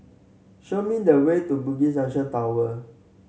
show me the way to Bugis Junction Tower